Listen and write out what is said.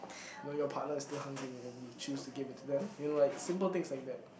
you know your partner is still hungry and you choose to give it to them and like simple things like that